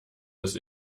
des